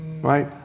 right